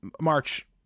march